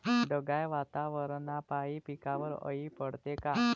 ढगाळ वातावरनापाई पिकावर अळी पडते का?